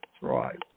right